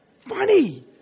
Funny